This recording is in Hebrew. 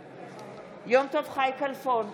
בעד יום טוב חי כלפון,